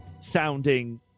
sounding